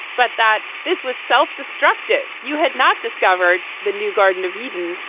but that this was self-destructive. you had not discovered the new garden of eden.